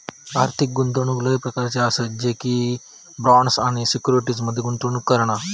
आर्थिक गुंतवणूक लय प्रकारच्ये आसत जसे की बॉण्ड्स आणि सिक्युरिटीज मध्ये गुंतवणूक करणा